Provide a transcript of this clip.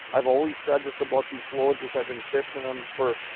i've always said this about these flowages. i've been fishing them for,